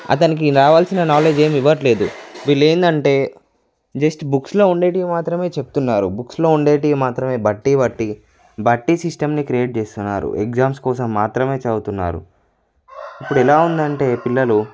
అతనికి రావలసిన నాలెడ్జ్ ఏమి ఇవ్వటం లేదు వీళ్ళు ఏంటంటే జస్ట్ బుక్స్లో ఉండేటివి మాత్రమే చెప్తున్నారు బుక్స్లో ఉండేటివి మాత్రమే బట్టి పట్టి బట్టి సిస్టంని క్రియేట్ చేస్తున్నారు ఎగ్జామ్స్ కోసం మాత్రమే చదువుతున్నారు ఇప్పుడు ఎలా ఉందంటే పిల్లలు